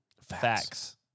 facts